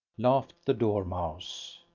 laughed the dormouse.